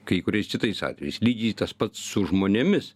kai kuriais kitais atvejais lygiai tas pat su žmonėmis